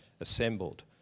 assembled